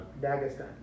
Dagestan